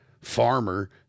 farmer